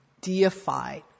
deified